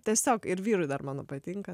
tiesiog ir vyrui dar mano patinka